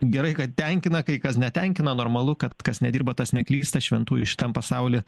gerai kad tenkina kai kas netenkina normalu kad kas nedirba tas neklysta šventųjų šitam pasauly